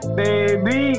baby